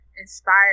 inspired